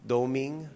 Doming